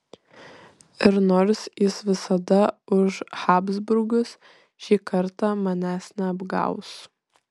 ir nors jis visada už habsburgus ši kartą manęs neapgaus